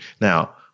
Now